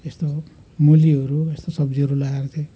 यस्तो मुलीहरू यस्तो सब्जीहरू लगाएर चाहिँ